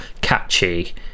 catchy